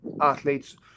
athletes